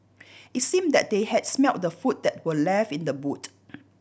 it seemed that they had smelt the food that were left in the boot